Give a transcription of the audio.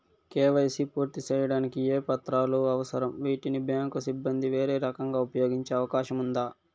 KYC పూర్తి సేయడానికి ఏ పత్రాలు అవసరం, వీటిని బ్యాంకు సిబ్బంది వేరే రకంగా ఉపయోగించే అవకాశం ఉందా?